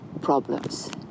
problems